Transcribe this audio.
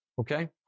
Okay